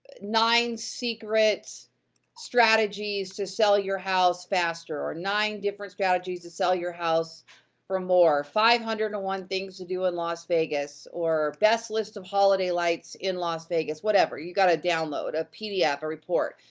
nine secret strategies to sell your house faster, or nine different strategies to sell your house for more, five hundred and one things to do in las vegas, or best list of holiday lights in las vegas, whatever, you gotta download a pdf, a report.